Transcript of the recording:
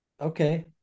okay